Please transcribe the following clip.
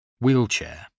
wheelchair